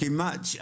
כמעט.